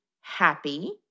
happy